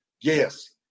Yes